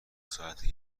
ساعته